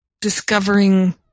discovering